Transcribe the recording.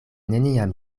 neniam